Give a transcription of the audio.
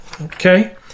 okay